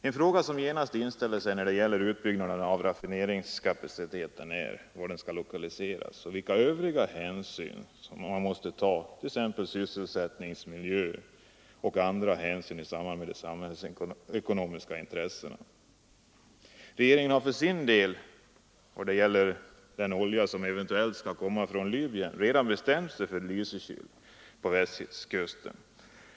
En fråga som genast inställer sig när det gäller utbyggnaden av raffineringskapaciteten är var den skall lokaliseras och vilka övriga hänsyn man måste ta, t.ex. sysselsättnings-, miljöoch andra hänsyn i samband med de samhällsekonomiska intressena. Regeringen har för sin del — det gäller den olja som eventuellt skall komma från Libyen — redan bestämt sig för Lysekil på Västkusten.